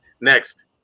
Next